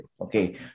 Okay